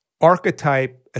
archetype